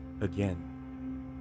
again